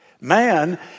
Man